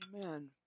Amen